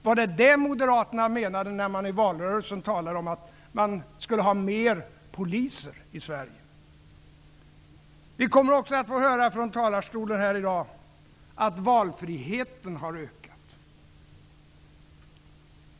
Var det detta moderaterna menade, när man i valrörelsen talade om fler poliser i Sverige? Vi kommer också här i dag att få höra från talarstolen att valfriheten har ökat.